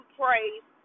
praise